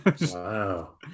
Wow